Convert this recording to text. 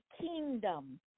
kingdom